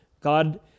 God